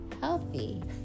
healthy